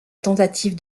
tentative